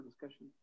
discussion